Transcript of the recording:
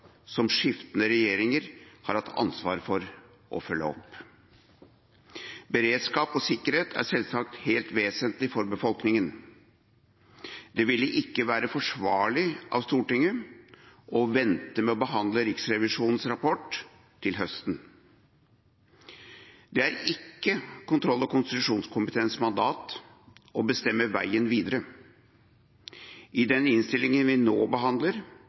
som skiftende regjeringer har hatt ansvar for å følge opp. Beredskap og sikkerhet er selvsagt helt vesentlig for befolkningen. Det ville ikke være forsvarlig av Stortinget å vente med å behandle Riksrevisjonens rapport til høsten. Det er ikke kontroll- og konstitusjonskomiteens mandat å bestemme veien videre. I den innstillingen vi nå behandler,